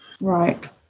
Right